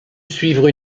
suivre